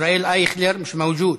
ישראל אייכלר, מיש מווג'וד.